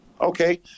Okay